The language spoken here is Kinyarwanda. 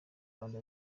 rwanda